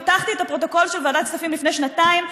פתחתי את הפרוטוקול של ועדת הכספים מלפני שנתיים,